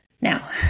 Now